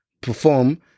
perform